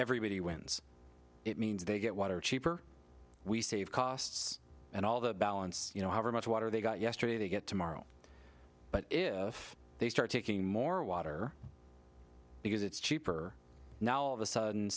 everybody wins it means they get water cheaper we save costs and all the balance you know how much water they got yesterday they get tomorrow but if they start taking more water because it's cheaper now all of a sudden